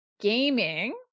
gaming